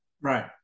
Right